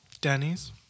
Denny's